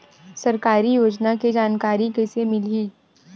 सरकारी योजना के जानकारी कइसे मिलही?